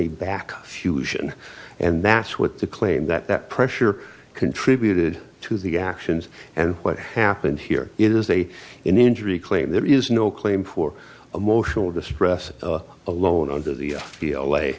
a back fusion and that's what the claim that that pressure contributed to the actions and what happened here is a injury claim there is no claim for emotional distress alone under the l